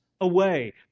away